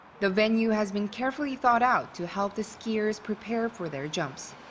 the venue has been carefully thought-out to help the skiers prepare for their jumps.